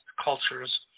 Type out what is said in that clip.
cultures